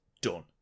done